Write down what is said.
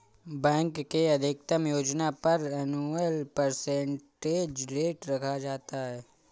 bank के अधिकतम योजना पर एनुअल परसेंटेज रेट रखा जाता है